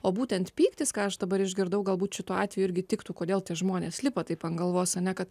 o būtent pyktis ką aš dabar išgirdau galbūt šituo atveju irgi tiktų kodėl tie žmonės lipo taip ant galvos ar ne kad